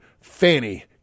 Fanny